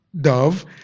dove